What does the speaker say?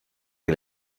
que